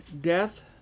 death